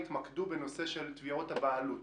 התמקדו בנושא של תביעות הבעלות.